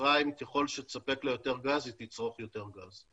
מצרים ככל שתספק לה יותר גז היא תצרוך יותר גז.